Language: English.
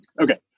Okay